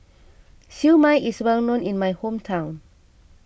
Siew Mai is well known in my hometown